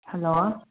hello